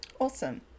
Awesome